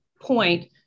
point